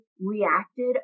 reacted